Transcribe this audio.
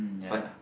ya